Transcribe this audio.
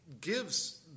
gives